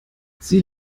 sie